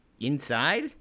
inside